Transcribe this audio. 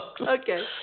Okay